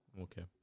Okay